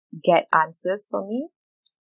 get answers for me